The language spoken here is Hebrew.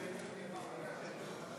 עטאונה.